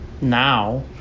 now